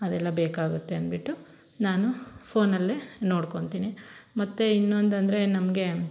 ಅದೆಲ್ಲ ಬೇಕಾಗತ್ತೆ ಅಂದ್ಬಿಟ್ಟು ನಾನು ಫೋನಲ್ಲೇ ನೋಡ್ಕೊತಿನಿ ಮತ್ತು ಇನ್ನೊಂದಂದರೆ ನಮಗೆ